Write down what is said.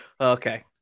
okay